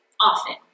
often